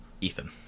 Ethan